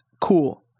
cool